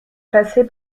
classé